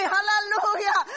Hallelujah